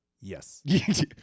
Yes